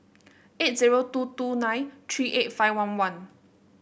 eight zero two two nine three eight five one one